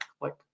click